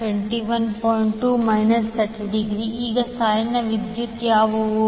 2∠ 30° ಈಗ ಸಾಲಿನ ವಿದ್ಯುತ್ಯಾವುವು